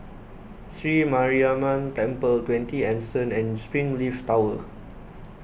Sri Mariamman Temple twenty Anson and Springleaf Tower